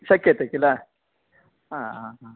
शक्यते खिल हा अ अ